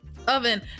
oven